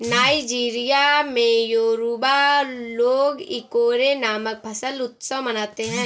Nigeria में Yoruba लोग Ikore नामक फसल उत्सव मनाते हैं